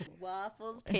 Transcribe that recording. Waffles